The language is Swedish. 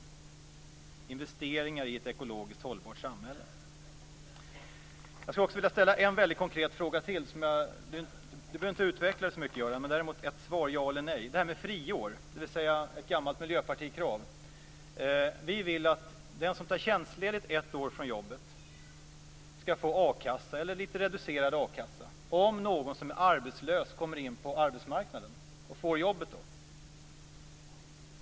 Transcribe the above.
Det är investeringar i ett ekologiskt hållbart samhälle. Jag skulle vilja ställa en väldigt konkret fråga till. Göran Persson behöver inte utveckla sig så mycket. Däremot vill jag ha svaret ja eller nej. Det gäller friår, som är ett gammalt miljöpartikrav. Vi vill att den som tar tjänstledigt från jobbet i ett år skall få reducerad a-kassa om någon som är arbetslös kommer in på arbetsmarknaden och får jobbet.